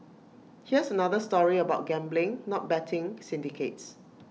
here's another story about gambling not betting syndicates